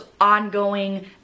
ongoing